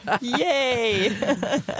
Yay